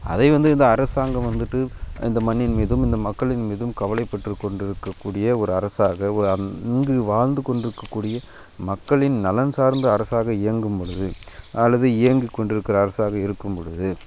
அதை வந்து இந்த அரசாங்கம் வந்துவிட்டு இந்த மண்ணின் மீதும் இந்த மக்களின் மீதும் கவலைப்பட்டுக் கொண்டிருக்கக் கூடிய ஒரு அரசாக ஒரு இங்கு வாழ்ந்து கொண்டிருக்கக் கூடிய மக்களின் நலன் சார்ந்த அரசாக இயங்கும் பொழுது அல்லது இயங்கிக் கொண்டிருக்கிற அரசாக இருக்கும் பொழுது